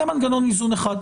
זה מנגנון איזון אחד.